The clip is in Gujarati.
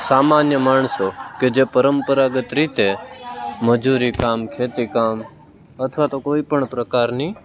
સામાન્ય માણસો કે જે પરંપરાગત રીતે મજૂરી કામ ખેતી કામ અથવા તો કોઈપણ પ્રકારની